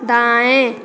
दाएं